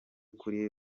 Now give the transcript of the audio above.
kuri